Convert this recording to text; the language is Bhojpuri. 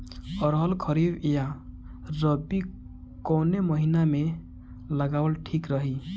अरहर खरीफ या रबी कवने महीना में लगावल ठीक रही?